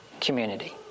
community